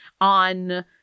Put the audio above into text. on